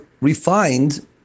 refined